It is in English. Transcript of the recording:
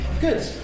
Good